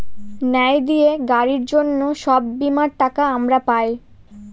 ন্যায় দিয়ে গাড়ির জন্য সব বীমার টাকা আমরা পাই